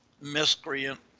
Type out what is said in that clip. miscreant